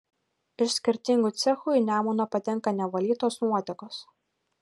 iš skirtingų cechų į nemuną patenka nevalytos nuotekos